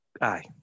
Aye